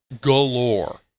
galore